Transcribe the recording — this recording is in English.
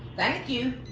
thank you.